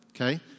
okay